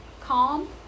calm